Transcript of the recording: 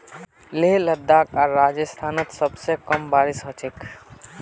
लेह लद्दाख आर राजस्थानत सबस कम बारिश ह छेक